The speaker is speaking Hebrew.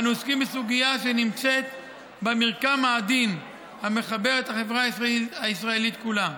אנו עוסקים בסוגיה שנמצאת במרקם העדין המחבר את החברה הישראלית כולה.